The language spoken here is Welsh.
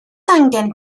angen